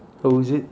who is it